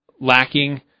lacking